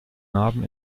narben